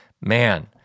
Man